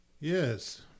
Yes